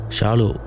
Shalu